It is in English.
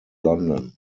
london